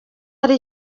hari